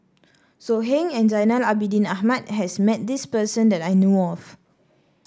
So Heng and Zainal Abidin Ahmad has met this person that I know of